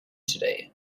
today